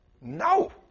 No